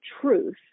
truth